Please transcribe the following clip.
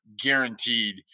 guaranteed –